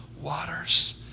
waters